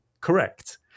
correct